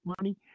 money